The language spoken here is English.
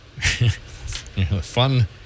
Fun